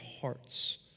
hearts